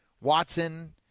Watson